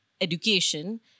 education